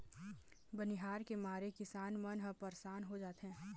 बनिहार के मारे किसान मन ह परसान हो जाथें